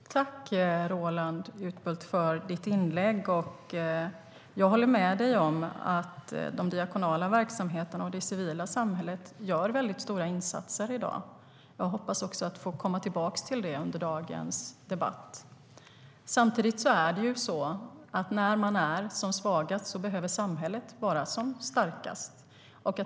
Herr talman! Jag tackar dig, Roland Utbult, för ditt inlägg. Jag håller med dig om att de diakonala verksamheterna och det civila samhället gör mycket stora insatser i dag. Jag hoppas också få komma tillbaka till det under dagens debatt. Samtidigt är det så att när man är som svagast behöver samhället vara som starkast.